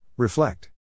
Reflect